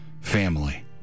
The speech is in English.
family